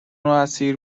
اسیر